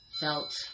Felt